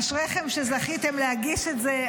אשריכם שזכיתם להגיש את זה,